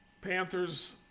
Panthers